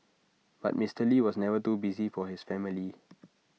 but Mister lee was never too busy for his family